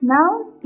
Nouns